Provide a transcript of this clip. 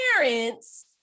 parents